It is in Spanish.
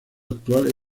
actual